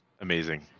Amazing